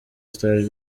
star